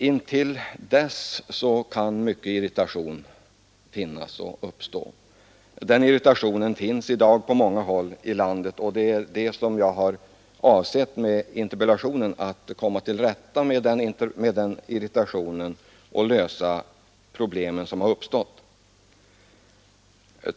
Intill dess kan mycken irritation uppstå. Den irritationen finns i dag på många håll i landet, och vad jag avsett med interpellationen är att komma till rätta med denna irritation och lösa de problem som uppstått.